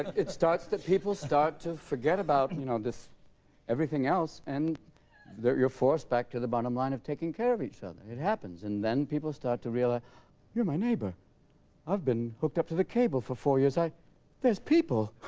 it starts that people start to forget about you know this everything else and you're forced back to the bottom line of taking care of each other it happens, and then people start to realize you're my neighbor i've been hooked up to the cable for four years. i there's people